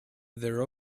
their